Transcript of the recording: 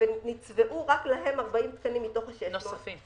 נצבעו רק להם 40 תקנים מתוך ה-600.